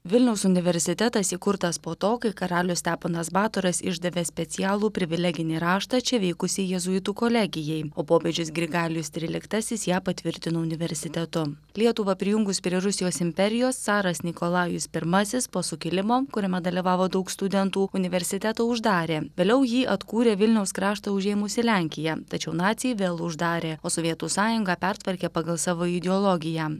vilniaus universitetas įkurtas po to kai karalius steponas batoras išdavė specialų privileginį raštą čia veikusei jėzuitų kolegijai o popiežius grigalius tryliktasis ją patvirtino universitetu lietuvą prijungus prie rusijos imperijos caras nikolajus pirmasis po sukilimo kuriame dalyvavo daug studentų universitetą uždarė vėliau jį atkūrė vilniaus kraštą užėmusi lenkija tačiau naciai vėl uždarė o sovietų sąjunga pertvarkė pagal savo ideologiją